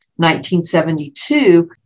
1972